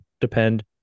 depend